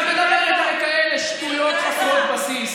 לומר לתושבי הפריפריה: בגלל המתנחלים,